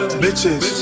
bitches